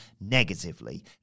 negatively